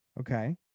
okay